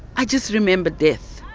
i just remember death.